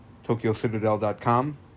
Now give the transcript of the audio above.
tokyocitadel.com